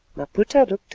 maputa,